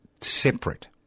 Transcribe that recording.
separate